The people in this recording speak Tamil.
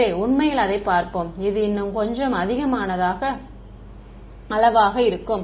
எனவே உண்மையில் அதைப் பார்ப்போம் அது இன்னும் கொஞ்சம் அதிகமான அளவாக இருக்கும்